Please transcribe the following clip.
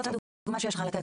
זאת הדוגמא שיש לך לתת?